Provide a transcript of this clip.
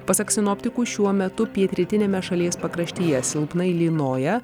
pasak sinoptikų šiuo metu pietrytiniame šalies pakraštyje silpnai lynoja